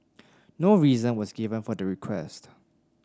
no reason was given for the request